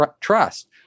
trust